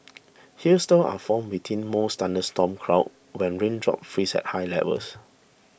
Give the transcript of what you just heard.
hailstones are formed within most thunderstorm clouds when raindrops freeze at high levels